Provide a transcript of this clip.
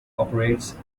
operates